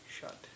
shut